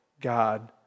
God